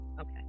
Okay